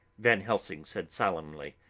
van helsing said solemnly,